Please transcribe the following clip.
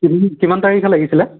Kim কিমান তাৰিখে লাগিছিল